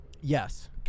Yes